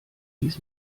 dies